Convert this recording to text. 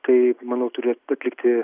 tai manau turėtų atlikti